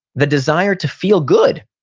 the desire to feel good.